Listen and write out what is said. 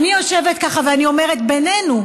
אני יושבת ככה ואני אומרת: בינינו,